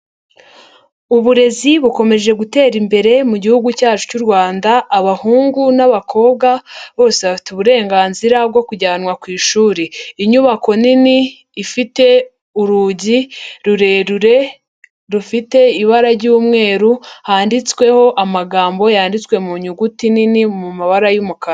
Uburezi bukomeje gutera imbere gihugu cyacu cy'u Rwanda, abahungu n'abakobwa bose bafite uburenganzira bwo kujyanwa ku ishuri, inyubako nini ifite urugi rurerure rufite ibara ry'umweru, handitsweho amagambo yanditswe mu nyuguti nini mu mabara y'umukara.